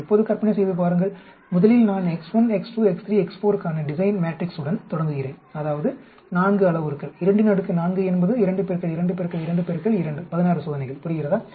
இப்போது கற்பனை செய்து பாருங்கள் முதலில் நான் x1 x2 x3 x4 க்கான டிசைன் மாட்ரிக்சுடன் தொடங்குகிறேன் அதாவது 4 அளவுருக்கள் 24 என்பது 2 2 2 2 16 சோதனைகள் புரிகிறதா